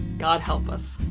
god help us.